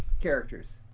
characters